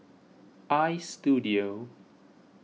Istudio